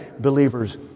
believer's